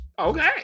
Okay